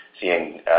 seeing